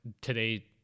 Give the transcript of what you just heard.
today